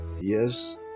Yes